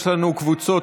יש לנו קבוצות